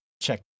check